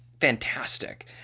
fantastic